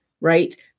Right